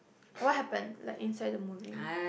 what happen like inside the movie